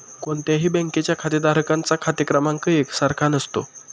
कोणत्याही बँकेच्या खातेधारकांचा खाते क्रमांक एक सारखा नसतो